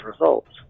results